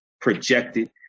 projected